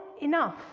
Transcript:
enough